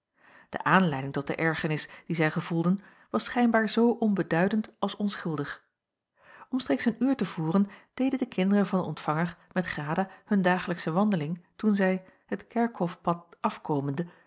de aanleiding tot de ergernis die zij gevoelden was schijnbaar zoo onbeduidend als onschuldig omstreeks een uur te voren deden de kinderen van den ontvanger met grada hun jacob van ennep laasje evenster dagelijksche wandeling toen zij het kerkhofpad afkomende